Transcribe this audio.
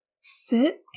Sit